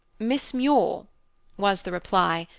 miss muir was the reply,